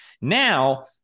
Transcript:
Now